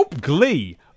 glee